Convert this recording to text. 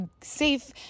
safe